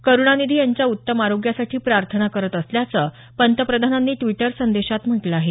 करुणानिधी यांच्या उत्तम आरोग्यासाठी प्रार्थना करत असल्याचं पंतप्रधानांनी ड्विटर संदेशात म्हटलं आहे